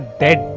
dead